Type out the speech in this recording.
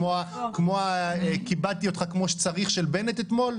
כמו 'כיבדתי אותך כמו שצריך' של בנט אתמול?